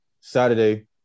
Saturday